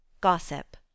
Gossip